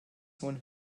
when